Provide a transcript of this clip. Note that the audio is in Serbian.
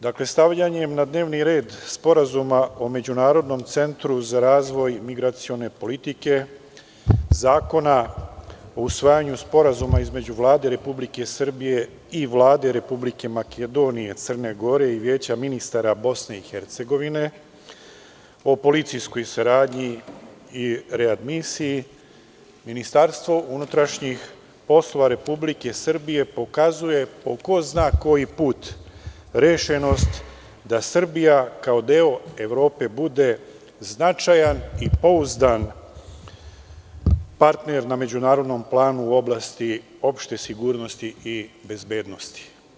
Dakle, stavljanjem na dnevni red Sporazuma o međunarodnom centru za razvoj migracione politike, zakona o usvajanju Sporazuma između Vlade Republike Srbije i Vlade Republike Makedonije, Crne Gore i Vijeća ministara BiH, o policijskoj saradnji i readmisiji, MUP Republike Srbije pokazuje, po ko zna koji put, rešenost da Srbija, kao deo Evrope, bude značajan i pouzdan partner na međunarodnom planu u oblasti opšte sigurnosti i bezbednosti.